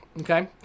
okay